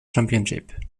championship